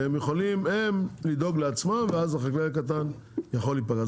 והם יכולים הם לדאוג לעצמם ואז החקלאי הקטן יכול להיפגע.